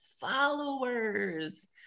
followers